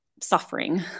suffering